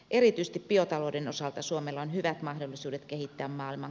erityisesti biotalouden osalta suomella on hyvät mahdollisuudet kehittää maailman